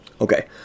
Okay